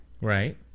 Right